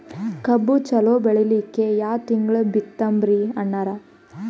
ಕಬ್ಬು ಚಲೋ ಬೆಳಿಲಿಕ್ಕಿ ಯಾ ತಿಂಗಳ ಬಿತ್ತಮ್ರೀ ಅಣ್ಣಾರ?